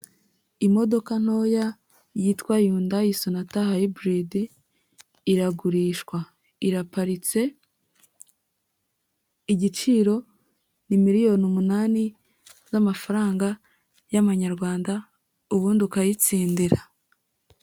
Imodoka ntoya yitwa undayi sonata hayiburidi, iragurishwa. Iraparitse, igiciro ni miliyoni umunani z'amafaranga y'amanyarwanda ubundi ukayitsindira.